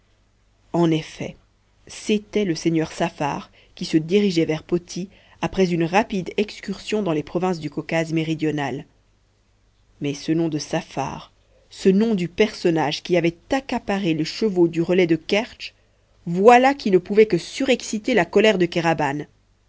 en effet c'était le seigueur saffar qui se dirigeait vers poti après une rapide excursion dans les provinces du caucase méridional mais ce nom de saffar ce nom du personnage qui avait accaparé les chevaux du relais de kertsch voilà qui ne pouvait que surexciter la colère de